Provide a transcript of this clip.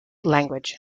language